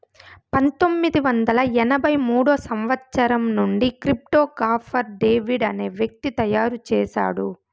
పంతొమ్మిది వందల ఎనభై మూడో సంవచ్చరం నుండి క్రిప్టో గాఫర్ డేవిడ్ అనే వ్యక్తి తయారు చేసాడు